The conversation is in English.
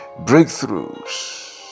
breakthroughs